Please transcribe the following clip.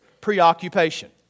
preoccupation